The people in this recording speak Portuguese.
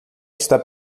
está